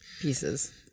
pieces